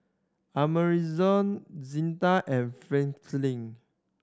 Amerigo Zetta and Franklin